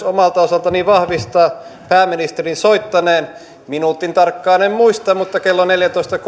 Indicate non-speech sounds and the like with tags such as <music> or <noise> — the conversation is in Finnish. <unintelligible> omalta osaltani vahvistaa pääministerin soittaneen minuutin tarkkaan en en muista mutta klo neljäntoista <unintelligible>